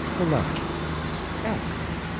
the letter x,